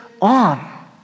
on